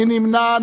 מי נמנע?